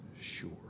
sure